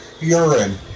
urine